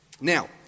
Now